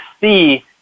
see